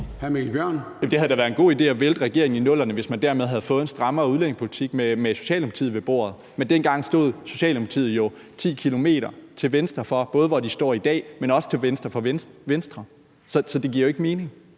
Det havde da været en god idé at vælte regeringen i 00'erne, hvis man dermed havde fået en strammere udlændingepolitik med Socialdemokratiet ved bordet, men dengang stod Socialdemokratiet jo både 10 km til venstre for der, hvor de står i dag, men også til venstre for Venstre. Så det giver jo ikke mening;